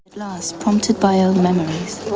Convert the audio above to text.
so haunted by old memories,